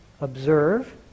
observe